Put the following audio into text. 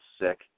sick